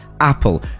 apple